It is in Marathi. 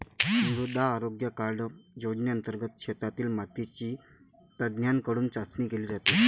मृदा आरोग्य कार्ड योजनेंतर्गत शेतातील मातीची तज्ज्ञांकडून चाचणी केली जाते